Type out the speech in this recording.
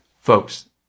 folks